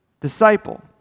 disciple